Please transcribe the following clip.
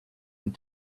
and